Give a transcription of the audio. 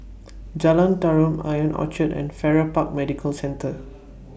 Jalan Tarum Ion Orchard and Farrer Park Medical Centre